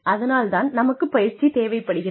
அதனால் தான் நமக்குப் பயிற்சி தேவைப்படுகிறது